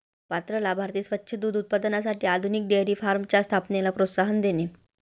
पात्र लाभार्थी स्वच्छ दूध उत्पादनासाठी आधुनिक डेअरी फार्मच्या स्थापनेला प्रोत्साहन देणे